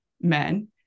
men